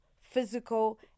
physical